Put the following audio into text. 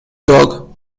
dog